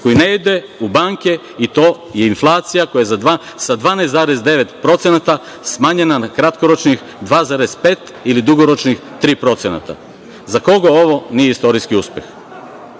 koji ne ide u banke i to je inflacija koja je sa 12,9% smanjena na kratkoročnih 2,5 ili dugoročnih 3%. Za koga ovo nije istorijski uspeh?